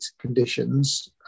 conditions